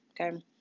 Okay